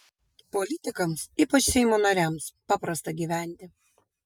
politikams ypač seimo nariams paprasta gyventi